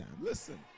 Listen